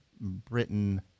Britain